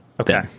Okay